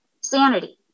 Sanity